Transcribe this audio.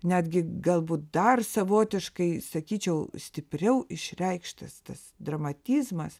netgi galbūt dar savotiškai sakyčiau stipriau išreikštas tas dramatizmas